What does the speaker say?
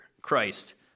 Christ